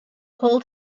hold